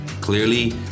Clearly